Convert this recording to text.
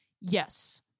yes